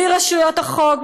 בלי רשויות החוק,